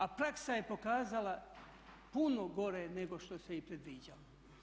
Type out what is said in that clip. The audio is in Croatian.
A praksa je pokazala puno gore nego što se i predviđalo.